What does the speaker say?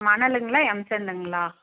மணலுங்களா எம்சாண்டுங்களா